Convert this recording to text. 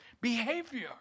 behavior